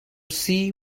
see